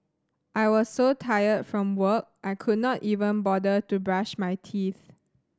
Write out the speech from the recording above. I was so tired from work I could not even bother to brush my teeth